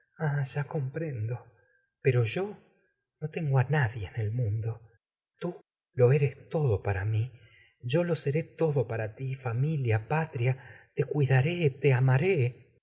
ya comprendo pero yo no tengo á nadie en el mundo tú lo eres todo para mi yo lo seré todo para ti familia patria te cuidaré te amaré